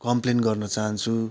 complain गर्न चाहन्छु